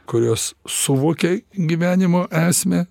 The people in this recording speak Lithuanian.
kurios suvokia gyvenimo esmę